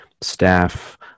staff